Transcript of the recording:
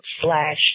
slash